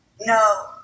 No